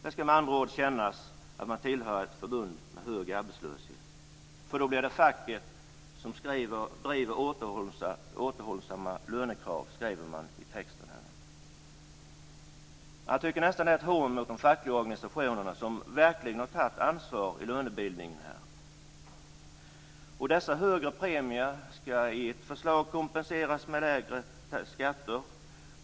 Det skall med andra ord kännas att man tillhör ett förbund med hög arbetslöshet, för då driver facket återhållsamma lönekrav, som man skriver i texten. Jag tycker nästan att det är ett hån mot de fackliga organisationerna, som verkligen har tagit ansvar i lönebildningen. Dessa högre premier skall enligt ett förslag kompenseras med lägre skatter.